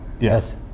Yes